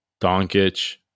Donkic